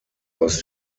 aus